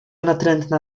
natrętna